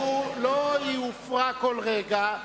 הוא לא יופרע כל רגע.